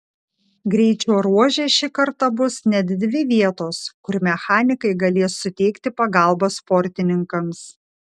greičio ruože šį kartą bus net dvi vietos kur mechanikai galės suteikti pagalbą sportininkams